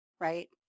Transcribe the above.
right